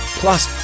plus